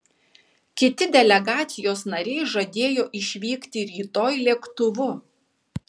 kiti delegacijos nariai žadėjo išvykti rytoj lėktuvu